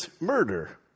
murder